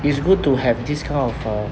it's good to have this kind of a